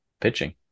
Pitching